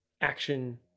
action